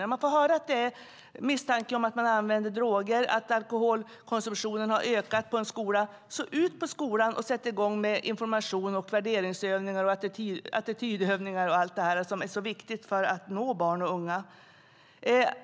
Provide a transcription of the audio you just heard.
När man får höra att det finns misstanke om droger, att alkoholkonsumtionen har ökat på en skola, så åk ut på skolan och informera, genomför värderings och attitydövningar - allt sådant som är så viktigt för att nå barn och unga.